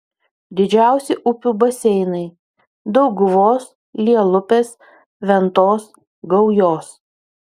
didžiausi upių baseinai dauguvos lielupės ventos gaujos